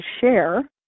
share